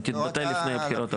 היא תתבטל לפני הבחירות הבאות.